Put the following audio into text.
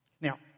Now